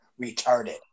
Retarded